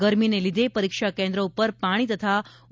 ગરમીને લીધે પરીક્ષા કેન્દ્ર ઉપર પાણી તથા ઓ